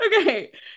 Okay